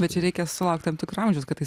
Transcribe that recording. bet čia reikia sulaukt tam tikro amžiaus kad tai